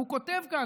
והוא כותב כאן,